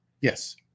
Yes